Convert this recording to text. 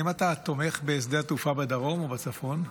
האם אתה תומך בשדה התעופה בדרום או בצפון?